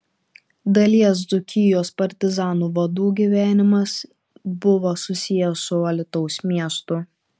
dalies dzūkijos partizanų vadų gyvenimas buvo susijęs su alytaus miestu